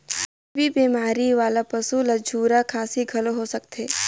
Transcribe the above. TB बेमारी वाला पसू ल झूरा खांसी घलो हो सकथे